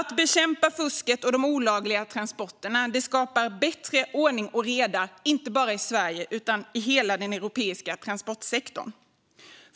Att bekämpa fusket och de olagliga transporterna skapar bättre ordning och reda inte bara i Sverige utan i hela den europeiska transportsektorn.